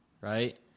right